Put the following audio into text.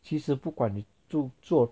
其实不管你就作